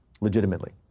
legitimately